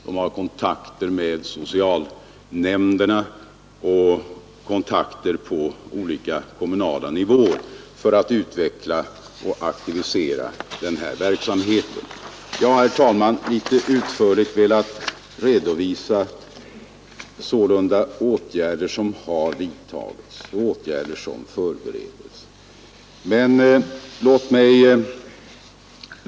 Den har kontakter med socialnämnderna och på andra kommunala nivåer för att utveckla och aktivisera denna verksamhet. Jag har, herr talman, här något utförligare velat redovisa åtgärder som har vidtagits och som förberedes. Herr talman!